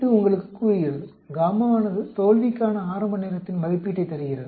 இது உங்களுக்குக் கூறுகிறது ஆனது தோல்விக்கான ஆரம்ப நேரத்தின் மதிப்பீட்டைத் தருகிறது